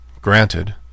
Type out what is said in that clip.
Granted